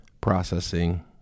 processing